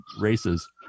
races